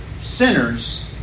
sinners